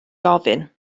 gofyn